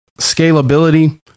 scalability